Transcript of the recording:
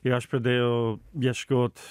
ir aš pradėjau ieškot